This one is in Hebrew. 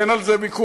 אין על זה ויכוח.